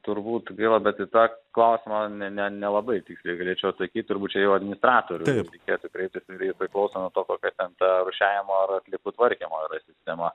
turbūt gaila bet į tą klausimą ne ne nelabai tiksliai galėčiau atsakyt turbūt čia jau į administratorių reikėtų kreiptis irgi priklauso nuo to kokia ten ta rūšiavimo ar atliekų tvarkymo yra sistema